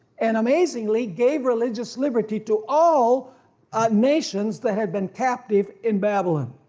and amazingly gave religious liberty to all nations that had been captive in babylon.